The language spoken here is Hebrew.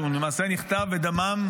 למעשה, הוא נכתב בדמם,